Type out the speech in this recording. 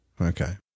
okay